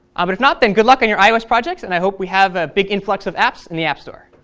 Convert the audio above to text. but if not, then good luck on your ios projects, and i hope we have a big influx of apps in the app store.